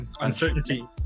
uncertainty